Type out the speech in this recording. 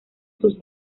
sus